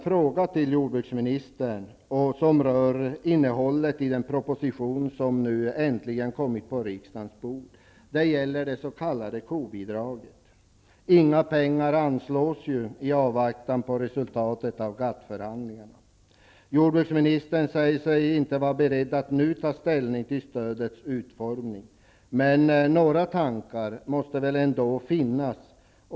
Frågan gäller det s.k. kobidraget. Inga pengar föreslås bli anslagna i avvaktan på resultatet av GATT-förhandlingarna. Jordbruksministern säger sig inte vara beredd att nu ta ställning till stödets utformning. Men några tankar måste väl ända finnas?